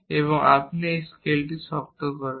এবং একবার আপনি এই স্কেলটি শক্ত করেন